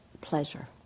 pleasure